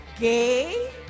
gay